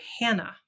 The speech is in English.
Hannah